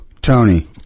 Tony